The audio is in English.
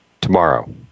tomorrow